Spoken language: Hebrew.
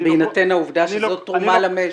בהינתן העובדה שזו תרומה למשק?